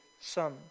son